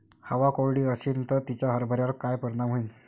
हवा कोरडी अशीन त तिचा हरभऱ्यावर काय परिणाम होईन?